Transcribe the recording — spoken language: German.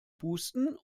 pusten